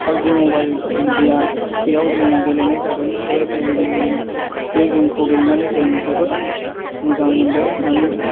PUBG mobile India बेयाव जों गेलेनाय जादों बे गेमखौ गेलेनानै जों जोबोद मोजां मोन्दों मानो